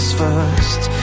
first